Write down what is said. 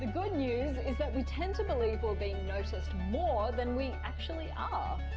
good news is that we tend to believe we're being noticed more than we actually ah